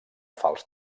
fals